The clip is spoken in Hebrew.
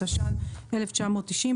התש"ן-1990,